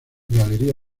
galería